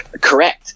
Correct